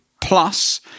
plus